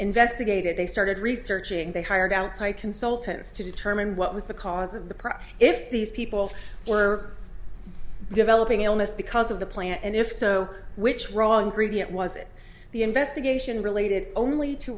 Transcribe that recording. investigated they started researching they hired outside consultants to determine what was the cause of the crime if these people were developing illness because of the plant and if so which wrong greedy it was it the investigation related only t